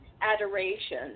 adoration